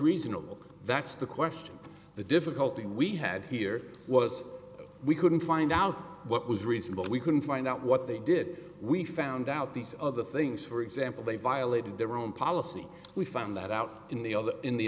reasonable that's the question the difficulty we had here was we couldn't find out what was reasonable we couldn't find out what they did we found out these other things for example they violated their own policy we found that out in the other in the